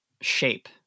shape